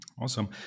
Awesome